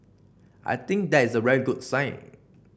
I think that is a very good sign